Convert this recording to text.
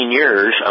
years